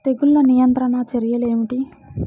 తెగులు నియంత్రణ చర్యలు ఏమిటి?